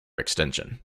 extension